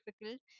difficult